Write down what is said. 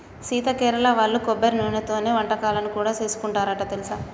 సీత కేరళ వాళ్ళు కొబ్బరి నూనెతోనే వంటకాలను కూడా సేసుకుంటారంట తెలుసా